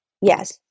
Yes